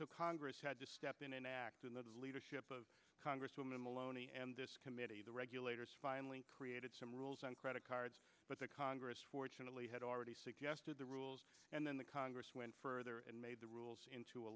so congress had to step in and act and the leadership of congresswoman maloney and this committee the regulators finally created some rules on credit cards but the congress fortunately had already suggested the rules and then the congress went further and made the rules into a